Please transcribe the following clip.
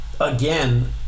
Again